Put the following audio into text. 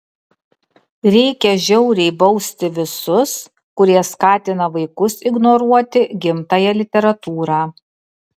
reikia žiauriai bausti visus kurie skatina vaikus ignoruoti gimtąją literatūrą